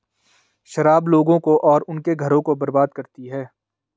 शराब लोगों को और उनके घरों को बर्बाद करती है